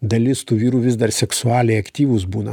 dalis tų vyrų vis dar seksualiai aktyvūs būna